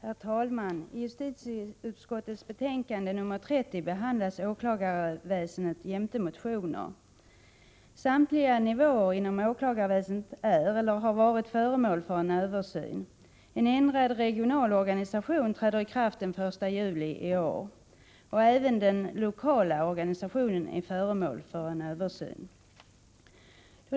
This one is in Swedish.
Herr talman! I justitieutskottets betänkande 1984/85:30 behandlas åklagarväsendet jämte motioner. Samtliga nivåer inom åklagarväsendet är eller har varit föremål för en översyn. En ändrad regional organisation träder i kraft den 1 juli i år. Även den lokala organisationen är föremål för översyn.